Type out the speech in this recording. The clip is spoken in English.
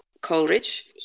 Coleridge